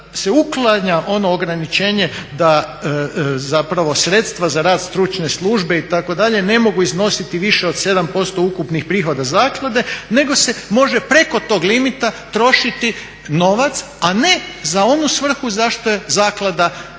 uklanja ono ograničenje da zapravo sredstva za rad stručne službe itd. ne mogu iznositi više od 7% ukupnih prihoda zaklade nego se može preko tog limita trošiti novac, a ne za onu svrhu zašto je zaklada namijenjena.